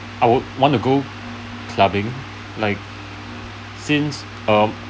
I would want to go clubbing like since um